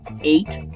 eight